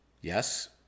Yes